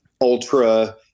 ultra